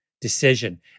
decision